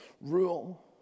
rule